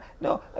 no